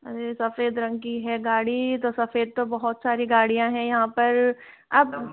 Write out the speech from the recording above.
अरे सफ़ेद रंग की है गाड़ी तो सफ़ेद तो बहुत सारी गाड़ियाँ हैं यहाँ पर आप